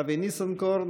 אבי ניסנקורן,